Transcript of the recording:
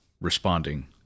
responding